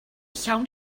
llawn